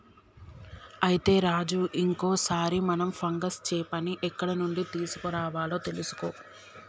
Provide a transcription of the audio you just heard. అయితే రాజు ఇంకో సారి మనం ఫంగస్ చేపని ఎక్కడ నుండి తీసుకురావాలో తెలుసుకో